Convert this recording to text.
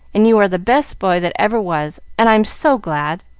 and you are the best boy that ever was, and i'm so glad!